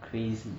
crazy